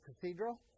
Cathedral